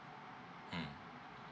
mm